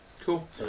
Cool